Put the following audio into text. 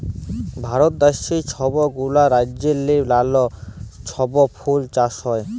ভারত দ্যাশে ছব গুলা রাজ্যেল্লে লালা ছব ফুল চাষ হ্যয়